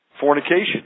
fornication